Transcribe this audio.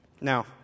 Now